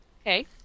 Okay